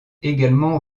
également